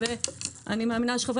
שקטף סלק